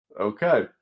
Okay